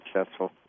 successful